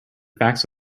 facts